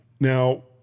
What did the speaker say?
Now